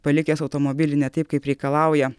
palikęs automobilį ne taip kaip reikalauja